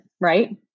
Right